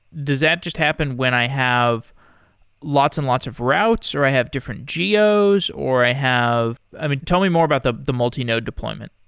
does that just happen when i have lots and lots of routs or i have different geos or i have i mean, tell me more about the the multi-node deployment.